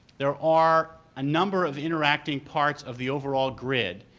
there are a number of interacting parts of the overall grid.